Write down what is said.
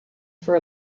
for